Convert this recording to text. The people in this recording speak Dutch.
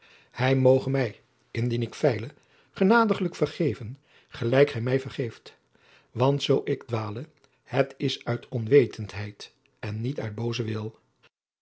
hij moge mij indien ik feile genadiglijk vergeven gelijk gij mij vergeeft want zoo ik dwale het is uit onwetenheid en niet uit boozen wil